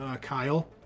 Kyle